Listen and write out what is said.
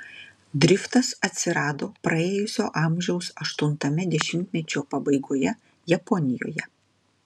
driftas atsirado praėjusio amžiaus aštuntame dešimtmečio pabaigoje japonijoje